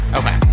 okay